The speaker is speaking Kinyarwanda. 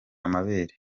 amabere